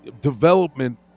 development